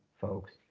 folks